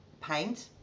paint